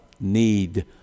need—